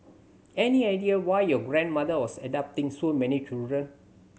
any idea why your grandmother was adopting so many children